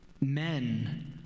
men